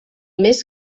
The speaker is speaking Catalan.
més